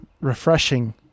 refreshing